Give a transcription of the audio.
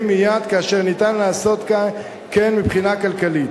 מייד כאשר אפשר לעשות כן מבחינה כלכלית.